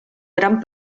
gran